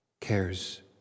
cares